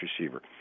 receiver